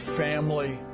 family